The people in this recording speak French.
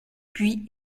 puis